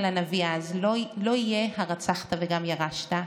הנביא אז: לא יהיה "הרצחת וגם ירשת",